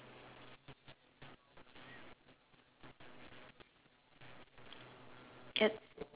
yup